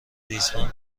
ریسمان